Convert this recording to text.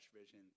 vision